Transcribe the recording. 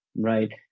right